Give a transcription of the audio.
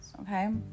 okay